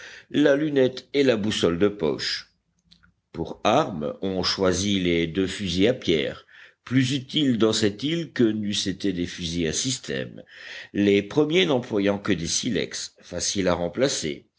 la lunette et la boussole de poche pour armes on choisit les deux fusils à pierre plus utiles dans cette île que n'eussent été des fusils à système les premiers n'employant que des silex faciles à remplacer